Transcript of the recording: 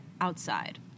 outside